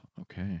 okay